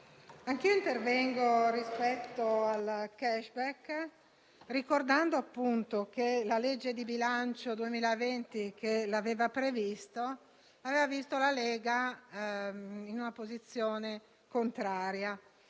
anch'io intervengo rispetto al *cashback*, ricordando che la legge di bilancio 2020, che l'aveva previsto, aveva visto la Lega in una posizione contraria,